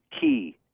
key